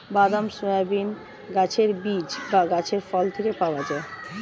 বাদাম, সয়াবিন গাছের বীজ বা গাছের ফল থেকে পাওয়া যায়